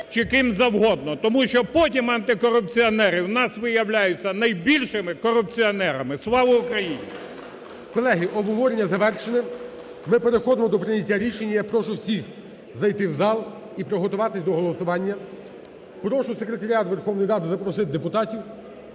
чи ким завгодно, тому що потім антикорупціонери у нас виявляються найбільшими корупціонерами. Слава Україні! ГОЛОВУЮЧИЙ. Колеги, обговорення завершено. Ми переходимо до прийняття рішення я прошу всіх зайти в зал і приготуватись до голосування. Прошу секретаріат Верховної Ради запросити депутатів